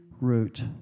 root